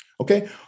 okay